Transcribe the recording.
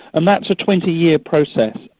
and that's a twenty year process.